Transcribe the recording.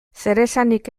zeresanik